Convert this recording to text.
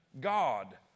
God